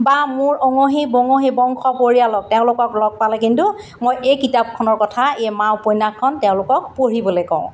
বা মোৰ অঙহী বঙহী বংশ পৰিয়ালক তেওঁলোকক লগ পালে কিন্তু মই এই কিতাপখনৰ কথা এই মা উপন্যাসখন তেওঁলোকক পঢ়িবলৈ কওঁ